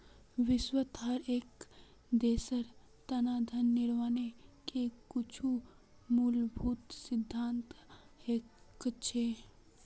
विश्वत हर एक देशेर तना धन निर्माणेर के कुछु मूलभूत सिद्धान्त हछेक